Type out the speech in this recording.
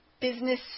business